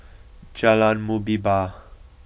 Jalan Muhibbah